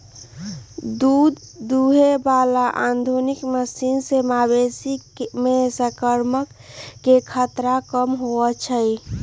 दूध दुहे बला आधुनिक मशीन से मवेशी में संक्रमण के खतरा कम होई छै